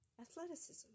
athleticism